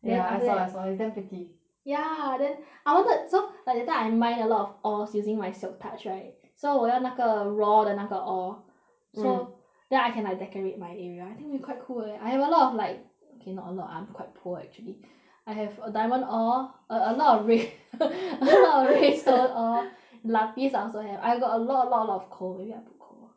ya then after that I saw I saw is damn pretty ya then I wanted so like that time I mine a lot ores using my silk touch right so 我用那个 raw 的那个 ore so mm then I can like decorate my area I think we quite cool leh I have a lot of like okay not a lot I'm quite poor actually I have a diamond ore a a lot of re~ a lot of red stone ore lapis I also have I got a lot a lot a lot of coal maybe I put coal